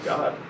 God